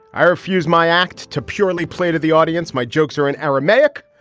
i refuse my act to purely play to the audience my jokes are in aramaic.